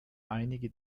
einige